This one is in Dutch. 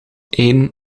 een